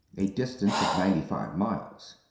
a distance of ninety-five miles.